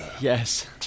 Yes